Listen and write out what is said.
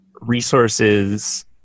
Resources